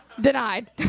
Denied